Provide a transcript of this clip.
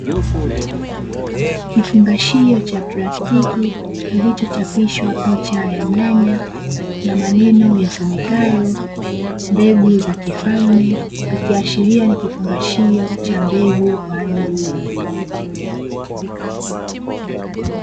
Kifungashio cha plastiki kilichochapishwa picha ya nyanya na maneno yasomekayo "mbegu za kifalme" ikiashiria ni kifungashio cha mbegu kwa ajili ya kilimo.